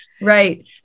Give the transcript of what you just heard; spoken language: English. Right